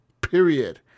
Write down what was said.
period